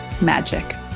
magic